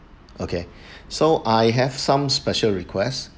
okay so I have some special request